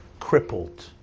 crippled